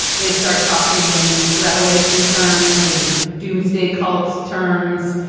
they start talking in revelation terms and doomsday cults terms.